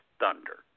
thunder